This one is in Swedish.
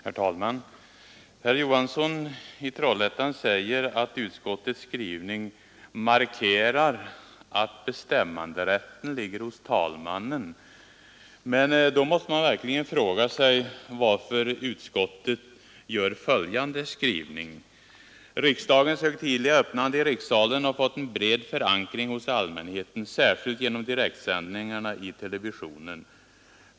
Herr talman! Herr Johansson i Trollhättan säger att utskottets skrivning markerar att bestämmanderätten ligger hos talmannen. Då måste man verkligen fråga sig varför utskottet gör följande skrivning: ”Riksdagens högtidliga öppnande i rikssalen har fått en bred förankring hos allmänheten, särskilt genom direktsändningarna i televisionen.